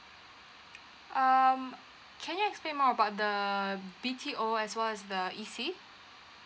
um can you explain more about the B_T_O as well as the E_C